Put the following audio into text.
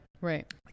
Right